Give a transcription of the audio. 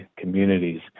communities